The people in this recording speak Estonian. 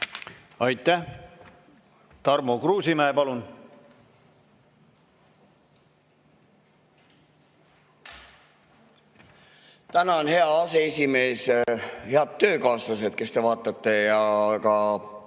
Aitäh! Tarmo Kruusimäe, palun! Tänan, hea aseesimees! Head töökaaslased, kes te vaatate, ja ka